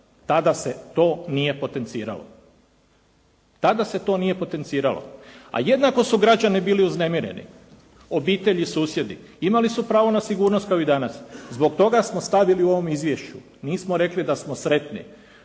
Tada se to nije potenciralo. Tada se to nije potenciralo. A jednako su tada građani bili uznemireni. Obitelji, susjedi imali su pravo na sigurnost kao i danas, zbog toga smo stavili u ovom izvješću, nismo rekli da smo sretni.